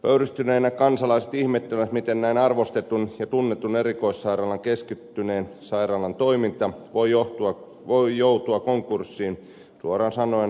pöyristyneinä kansalaiset ihmettelevät miten näin arvostetun ja tunnetun erikoissairaalan keskittyneen sairaalan toiminta voi joutua konkurssiin suoraan sanoen hallitsemattomalla tavalla